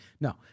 No